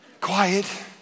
quiet